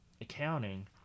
accounting